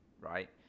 right